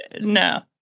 No